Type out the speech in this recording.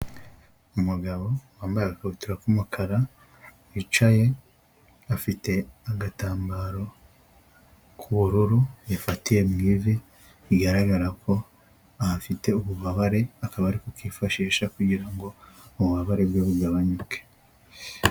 Umugabo wambaye agakabutura k'umukara wicaye afite agatambaro k'ubururu yafatiye mu ivi, bigaragara ko ahafite ububabare akaba ari kukifashisha kugira ngo ububabare bwe bugabanyuke.